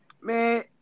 Man